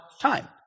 time